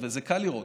זה קל לראות,